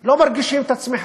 ולא מרגישים את הצמיחה,